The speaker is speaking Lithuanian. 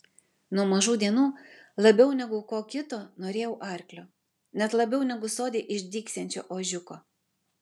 nuo mažų dienų labiau negu ko kito norėjau arklio net labiau negu sode išdygsiančio ožiuko